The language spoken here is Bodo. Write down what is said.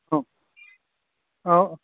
औ औ